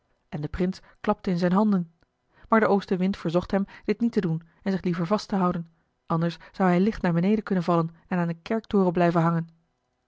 en de prins klapte in zijn handen maar de oostenwind verzocht hem dit niet te doen en zich liever vast te houden anders zou hij licht naar beneden kunnen vallen en aan een kerktoren blijven hangen